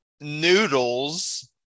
noodles